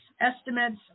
estimates